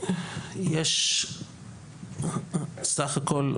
יש בסך הכל,